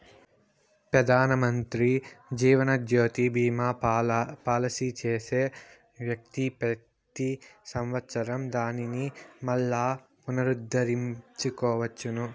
పెదానమంత్రి జీవనజ్యోతి బీమా పాలసీ చేసే వ్యక్తి పెతి సంవత్సరం దానిని మల్లా పునరుద్దరించుకోవచ్చు